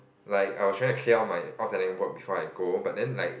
like I was trying to clear all my outstanding work before I go but then like